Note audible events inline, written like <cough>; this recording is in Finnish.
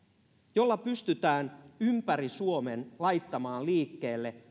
jolla pystytään ympäri suomen laittamaan liikkeelle <unintelligible>